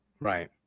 Right